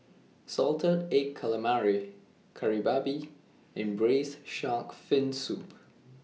Salted Egg Calamari Kari Babi and Braised Shark Fin Soup